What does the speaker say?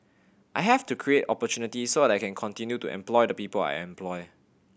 I have to create opportunity so I can continue to employ the people I employ